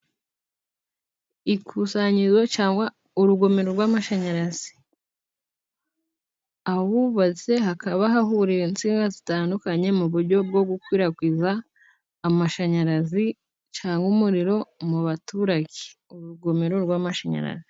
Ikusanyirizo cyangwa urugomero rw'amashanyarazi. Ahubatse hakaba hahuriye insinga zitandukanye, mu buryo bwo gukwirakwiza amashanyarazi cyangwa umuriro mu baturage urugomero rw'amashanyarazi.